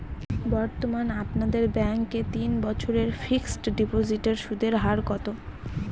বর্তমানে আপনাদের ব্যাঙ্কে তিন বছরের ফিক্সট ডিপোজিটের সুদের হার কত?